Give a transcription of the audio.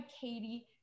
Katie